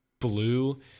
blue